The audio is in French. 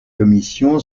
commission